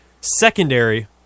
secondary